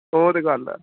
ਉਹ ਤਾਂ ਗੱਲ ਹੈ